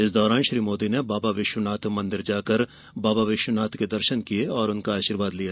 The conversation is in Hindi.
इसके बाद श्री मोदी ने बाबा विश्वनाथ मंदिर जाकर बाबा विश्वनाथ के दर्शन किये और उनका आशीर्वाद लिया